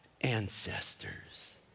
ancestors